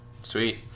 Sweet